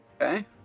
okay